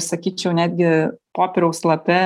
sakyčiau netgi popieriaus lape